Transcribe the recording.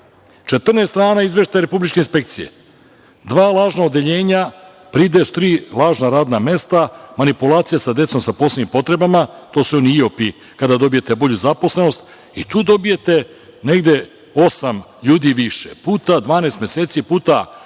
14 strana izveštaja republičke inspekcije, dva lažna odeljenja, pride tri lažna radna mesta, manipulacija sa decom sa posebnim potrebama, to su oni IOP-i, kada dobijete bolju zaposlenost i tu dobijete negde osam ljudi više, puta 12 meseci, puta